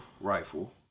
rifle